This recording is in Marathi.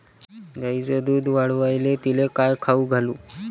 गायीचं दुध वाढवायले तिले काय खाऊ घालू?